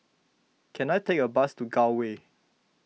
can I take a bus to Gul Way